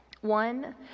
One